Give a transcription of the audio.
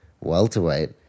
welterweight